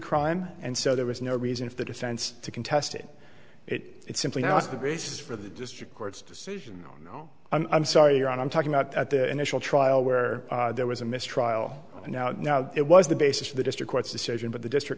crime and so there was no reason for the defense to contest it it's simply not the basis for the district court's decision no i'm sorry your honor i'm talking about at the initial trial where there was a mistrial and it was the basis of the district court's decision but the district